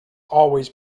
always